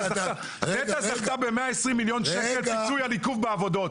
נת"ע זכתה ב-120 מיליון שקל פיצוי על עיכוב בעבודות.